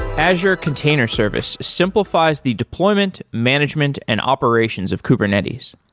azure container service simplifies the deployment, management and operations of kubernetes.